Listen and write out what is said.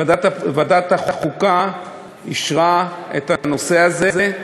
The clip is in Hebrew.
ועדת החוקה אישרה את הנושא הזה,